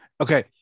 Okay